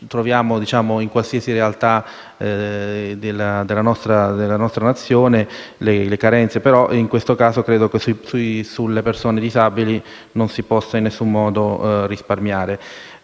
troviamo in qualsiasi realtà della nostra Nazione ma, in questo caso, sulle persone disabili non si può in nessuno modo risparmiare.